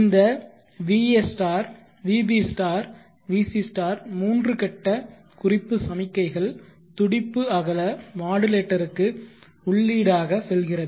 இந்த va vb vc மூன்று கட்ட குறிப்பு சமிக்கைகள் துடிப்பு அகல மாடுலேட்டருக்கு உள்ளீடாக செல்கிறது